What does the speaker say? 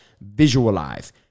visualize